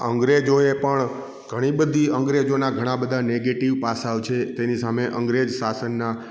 આ અંગ્રેજોએ પણ ઘણી બધી અંગ્રેજોના ઘણાં બધાં નેગેટિવ પાસા છે તેની સામે અંગ્રેજ શાસનનાં